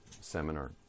seminar